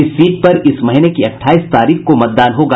इस सीट पर इस महीने की अठाईस तारीख को मतदान होगा